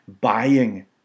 buying